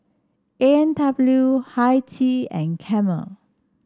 A and W Hi Tea and Camel